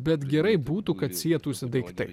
bet gerai būtų kad sietųsi daiktai